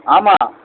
ஆமாம்